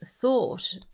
thought